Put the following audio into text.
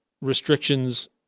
restrictions